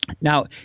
Now